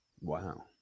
Wow